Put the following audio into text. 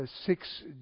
six